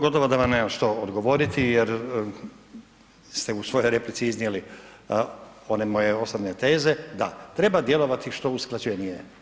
Gotovo da vam nemam što odgovoriti jer ste u svojoj replici iznijeli one moje osobne teze, da, treba djelovati što usklađenije.